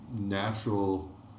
natural